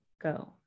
go